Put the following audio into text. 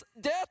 death